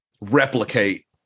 replicate